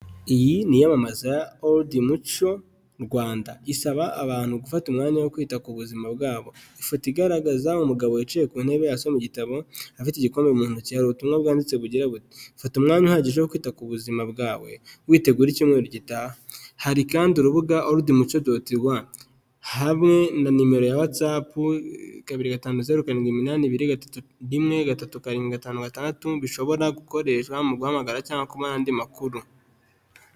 Iyi ni iyamamaza old mutual Rwanda isaba abantu gufata umwanya wo kwita ku buzima bwabo, ifoto igaragaza umugabo wicaye ku ntebe asoma igitabo afite igikombe mu ntoki hari ubutumwa bwanditse bugira buti: fata umwanya uhagije wo kwita ku buzima bwawe witegura icyumweru gitaha, hari kandi urubuga oldmutual.rw hamwe na nimero ya wtsapp kabiri ,gatanu, zuzeru, karindwi imani ibiri, rimwe, gatatu, rimwe, gatatu, karindwi, gatanu, gatandatu. bishobora gukoreshashwa mu guhamagara cyangwa' andi makuru.